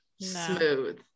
smooth